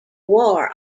war